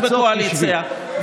הייתה השחקן הכי חזק בקואליציה,